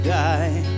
die